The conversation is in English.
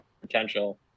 potential